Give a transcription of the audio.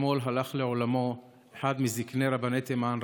אתמול הלך לעולמו אחד מזקני רבני תימן,